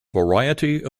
variety